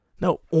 No